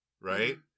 Right